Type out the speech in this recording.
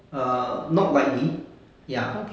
err not likely ya